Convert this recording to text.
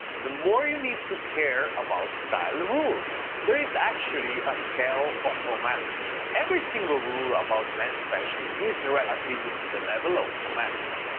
the more you need to care about style rules. there is actually a scale of formality. every single rule about men's fashion is relative to the level of formality.